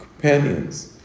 companions